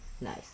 Nice